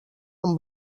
amb